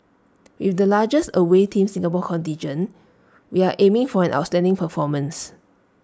with the largest away Team Singapore contingent we are aiming for an outstanding performance